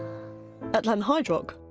at lanhydrock,